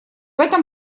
этом